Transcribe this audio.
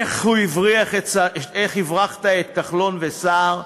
איך הברחת את כחלון וסער.